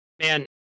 Man